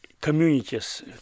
communities